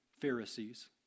Pharisees